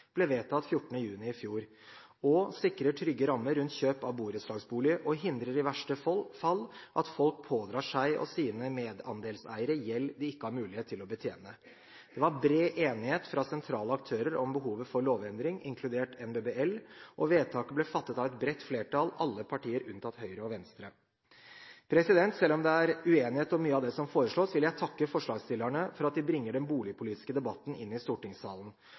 ble vedtatt 14. juni i fjor. Det sikrer trygge rammer rundt kjøp av borettslagsbolig og hindrer i verste fall at folk pådrar seg og sine medandelseiere gjeld de ikke har mulighet til å betjene. Det var bred enighet fra sentrale aktører om behovet for lovendring, inkludert NBBL, og vedtaket ble fattet av et bredt flertall, alle partier unntatt Høyre og Venstre. Selv om det er uenighet om mye av det som foreslås, vil jeg takke forslagsstillerne for at de bringer den boligpolitiske debatten inn i stortingssalen.